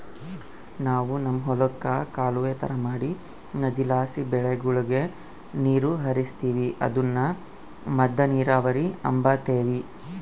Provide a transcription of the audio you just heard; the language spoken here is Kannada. ನಾವು ನಮ್ ಹೊಲುಕ್ಕ ಕಾಲುವೆ ತರ ಮಾಡಿ ನದಿಲಾಸಿ ಬೆಳೆಗುಳಗೆ ನೀರು ಹರಿಸ್ತೀವಿ ಅದುನ್ನ ಮದ್ದ ನೀರಾವರಿ ಅಂಬತೀವಿ